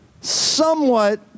somewhat